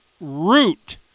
root